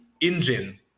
engine